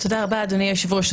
תודה רבה אדוני היושב ראש.